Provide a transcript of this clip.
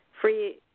free